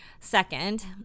Second